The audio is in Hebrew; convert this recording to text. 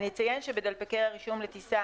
אני אציין שבשגרה בדלפקי הרישום לטיסה